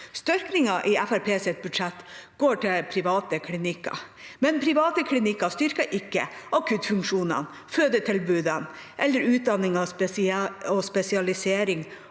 styrkingen til private klinikker. Men private klinikker styrker ikke akuttfunksjonene, fødetilbudene eller utdanning og spesialisering